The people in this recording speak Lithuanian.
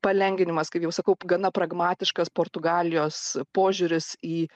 palengvinimas kaip jau sakau gana pragmatiškas portugalijos požiūris į